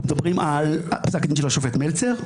אנחנו מדברים על פסק הדין של השופט מלצר?